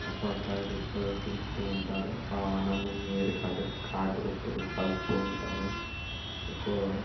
టపాకాయలు ఎక్కువగా పేలుస్తూ ఉంటారు ఆ ఆనందం వేరు కాగరు కాకరొత్తులు కాలుస్తూ ఉంటారు ఎక్కువగా